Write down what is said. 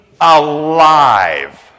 alive